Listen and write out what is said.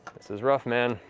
this is rough, man.